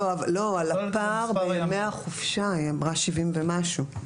לא, על הפער בימי החופשה היא אמרה 70 ומשהו.